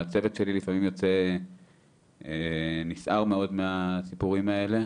הצוות שלי לפעמים יוצא נסער מאוד מהסיפורים האלה,